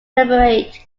elaborate